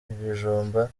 ibijumba